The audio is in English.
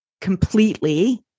completely